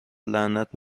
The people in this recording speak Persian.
لعنت